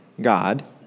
God